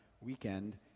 weekend